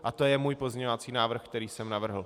A to je můj pozměňovací návrh, který jsem navrhl.